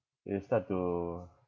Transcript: it'll start to